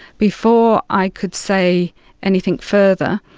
before i could say anything further,